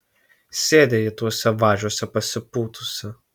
sėdi ji tuose važiuose pasipūtusi